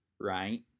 right